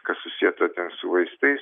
kas susieta ten su vaistais